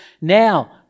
now